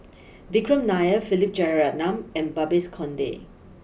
Vikram Nair Philip Jeyaretnam and Babes Conde